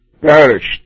Perished